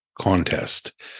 contest